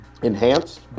enhanced